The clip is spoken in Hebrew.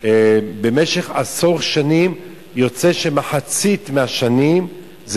במשך עשור שנים יוצא שמחצית מהשנים זה